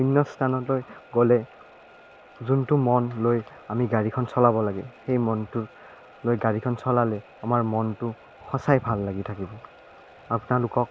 অন্য স্থানলৈ গ'লে যোনটো মন লৈ আমি গাড়ীখন চলাব লাগে সেই মনটো লৈ গাড়ীখন চলালে আমাৰ মনটো সঁচাই ভাল লাগি থাকিব আপোনালোকক